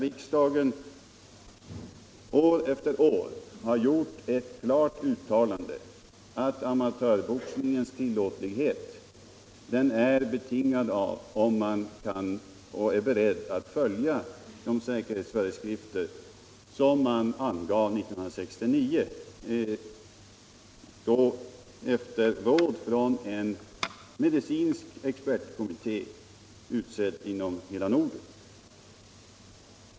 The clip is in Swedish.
Riksdagen har år efter år gjort klara uttalanden om att amatörboxningens tillåtlighet är betingad av att man är beredd att följa de säkerhetsföreskrifter som angavs 1969 med ledning av en nordisk medicinsk expertkommitté.